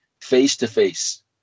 face-to-face